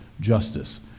justice